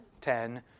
ten